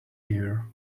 year